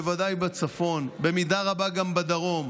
בוודאי בצפון, במידה רבה גם בדרום.